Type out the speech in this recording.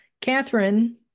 Catherine